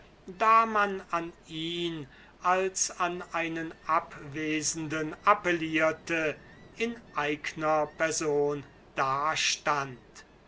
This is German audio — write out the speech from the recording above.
da man an ihn als an einen abwesenden appellierte in eigner person da